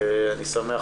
אני שמח,